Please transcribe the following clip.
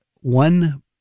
one